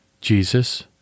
Jesus